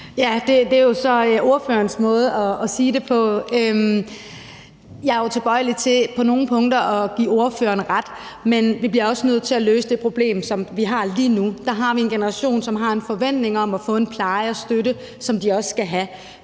Ja, det er jo så ordførerens måde at sige det på, og jeg er på nogle punkter tilbøjelig til at give ordføreren ret. Men vi bliver også nødt til at løse det problem, som vi har lige nu. Der har vi en generation, som har en forventning om at få en pleje og støtte, som de også skal have.